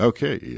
Okay